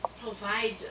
provide